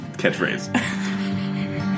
catchphrase